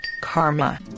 karma